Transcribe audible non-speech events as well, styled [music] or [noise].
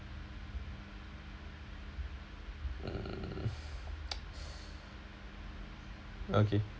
[noise] okay